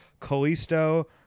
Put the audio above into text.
Kalisto